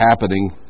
happening